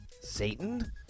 Satan